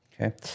okay